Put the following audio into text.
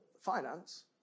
finance